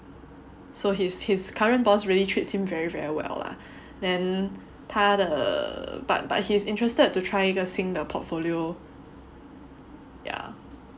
so his his current boss really treats him very very well lah then 他的 err but but he's interested to try 一个新的 portfolio ya